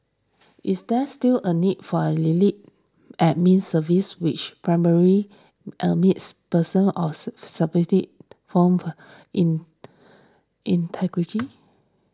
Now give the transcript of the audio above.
is there still a need for an elite Admin Service which primarily admits persons of form in integrity